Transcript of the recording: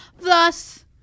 Thus